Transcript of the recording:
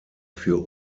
für